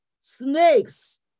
snakes